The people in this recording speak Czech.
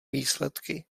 výsledky